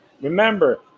Remember